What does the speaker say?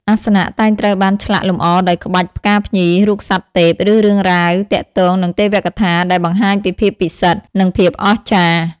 អាសនៈតែងត្រូវបានឆ្លាក់លម្អដោយក្បាច់ផ្កាភ្ញី រូបសត្វទេព ឬរឿងរ៉ាវទាក់ទងនឹងទេវកថា ដែលបង្ហាញពីភាពពិសិដ្ឋ និងភាពអស្ចារ្យ។